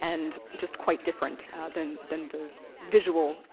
and just quite different than than the visual